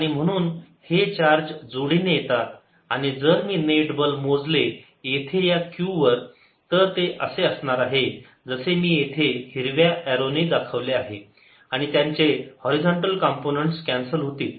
आणि म्हणून हे चार्ज जोडीने येतात आणि जर मी नेट बल मोजले येथे या q वर तर ते असे असणार आहे जसे मी येथे हिरव्या एरोने दाखवले आहे आणि त्यांचे हॉरीझॉन्टल कंपोनंन्ट कॅन्सल होतील